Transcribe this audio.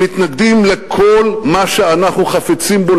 שמתנגדים לכל מה שאנחנו חפצים בו,